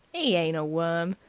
e ain't a worm.